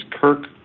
Kirk